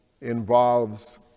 involves